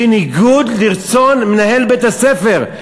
בניגוד לרצון מנהל בית-הספר.